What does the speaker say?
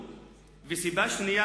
השני,